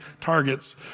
targets